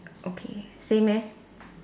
okay same eh